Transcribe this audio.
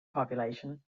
population